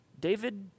David